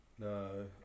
No